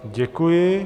Děkuji.